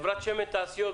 חברת שמן תעשיות,